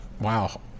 Wow